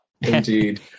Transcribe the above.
indeed